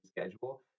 schedule